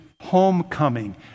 homecoming